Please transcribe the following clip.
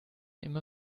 immer